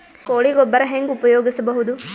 ಕೊಳಿ ಗೊಬ್ಬರ ಹೆಂಗ್ ಉಪಯೋಗಸಬಹುದು?